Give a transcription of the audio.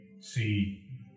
see